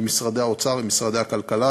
עם משרדי האוצר והכלכלה,